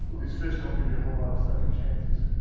these fish don't give you a whole lot of second chances.